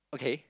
okay